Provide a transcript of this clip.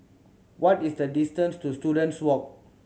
what is the distance to Students Walk